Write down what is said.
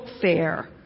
fair